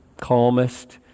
calmest